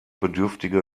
bedürftige